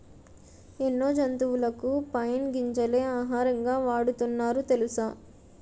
ఎన్నో జంతువులకు పైన్ గింజలే ఆహారంగా వాడుతున్నారు తెలుసా?